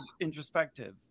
introspective